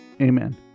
Amen